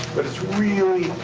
but it's really.